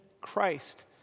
Christ